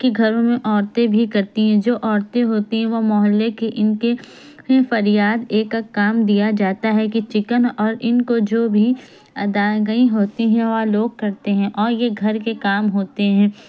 کی گھروں میں عورتیں بھی کرتی ہیں جو عورتیں ہوتی ہیں وہ محلے کی ان کے فریاد ایک ایک کام دیا جاتا ہے کہ چکن اور ان کو جو بھی ادائیگئی ہوتی ہیں اور لوگ کرتے ہیں اور یہ گھر کے کام ہوتے ہیں